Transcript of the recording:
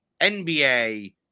NBA